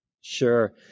Sure